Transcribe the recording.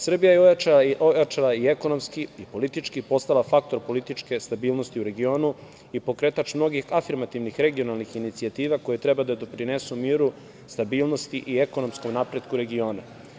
Srbija je ojačala i ekonomski i politički, postala faktor političke stabilnosti u regionu i pokretač mnogih afirmativnih regionalnih inicijativa koje treba da doprinesu miru, stabilnosti i ekonomskom napretku regiona.